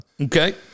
Okay